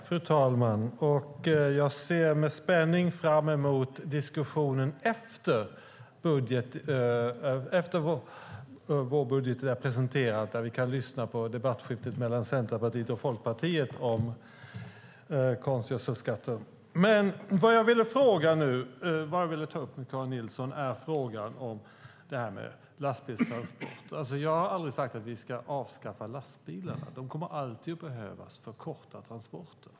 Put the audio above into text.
Fru talman! Jag ser med spänning fram mot debatten mellan Centerpartiet och Folkpartiet om konstgödselskatten efter att vårbudgeten har presenterats. Det jag vill ta upp med Karin Nilsson är frågan om lastbilstransporter. Jag har aldrig sagt att vi ska avskaffa lastbilar. De kommer alltid att behövas för korta transporter.